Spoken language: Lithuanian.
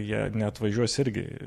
jie neatvažiuos irgi